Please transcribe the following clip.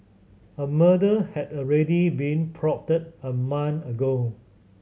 a murder had already been plotted a month ago